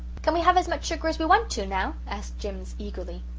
can we have as much sugar as we want to now? asked jims eagerly.